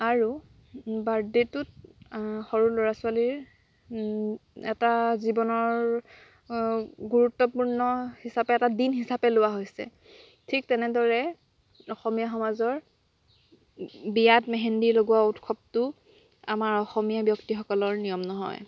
আৰু বাৰ্থডেটোত সৰু ল'ৰা ছোৱালীৰ এটা জীৱনৰ গুৰুত্বপূৰ্ণ হিচাপে এটা দিন হিচাপে লোৱা হৈছে ঠিক তেনেদৰে অসমীয়া সমাজৰ বিয়াত মেহেন্দি লগোৱা উৎসৱটো আমাৰ অসমীয়া ব্যক্তিসকলৰ নিয়ম নহয়